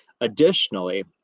additionally